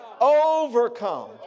overcome